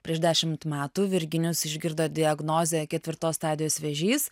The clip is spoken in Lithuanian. prieš dešimt metų virginijus išgirdo diagnozę ketvirtos stadijos vėžys